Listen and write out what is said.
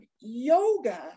yoga